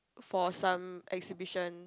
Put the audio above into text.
for some exhibition